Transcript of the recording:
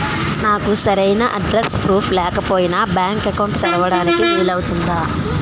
నాకు సరైన address proof లేకపోయినా బ్యాంక్ అకౌంట్ తెరవడానికి వీలవుతుందా?